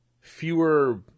fewer